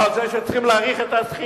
או על זה שצריכים להאריך את השכירות.